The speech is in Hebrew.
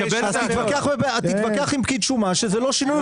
תתווכח עם פקיד שומה שזה לא שינוי.